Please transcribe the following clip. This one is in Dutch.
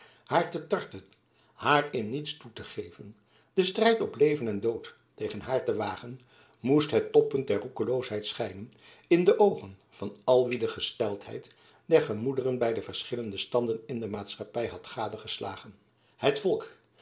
te tarten haar in niets toe te geven den strijd op leven en dood tegen haar te wagen moest het toppunt der roekeloosheid schijnen in de oogen van al wie de gesteldheid der gemoederen by de verschillende standen in de maatschappy had gadegeslagen het volk